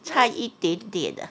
才一点点 ah